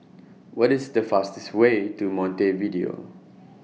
What IS The fastest The Way to Montevideo